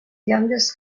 youngest